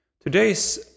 Today's